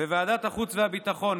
בוועדת החוץ והביטחון,